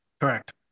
Correct